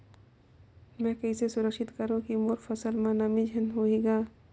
मैं कइसे सुरक्षित करो की मोर फसल म नमी झन होही ग?